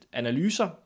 analyser